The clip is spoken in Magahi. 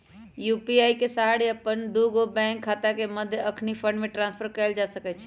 यू.पी.आई के सहारे अप्पन दुगो बैंक खता के मध्य अखनी फंड के ट्रांसफर कएल जा सकैछइ